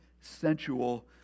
sensual